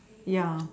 ya